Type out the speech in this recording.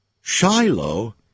Shiloh